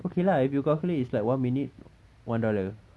okay lah if you calculate it's like one minute one dollar